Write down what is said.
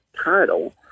title